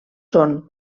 són